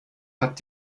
hat